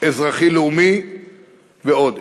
אזרחי-לאומי ועוד.